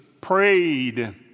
prayed